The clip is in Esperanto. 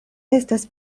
estas